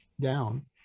down